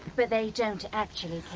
but they don't actually